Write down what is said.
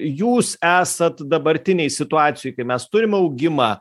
jūs esat dabartinėj situacijoj kai mes turim augimą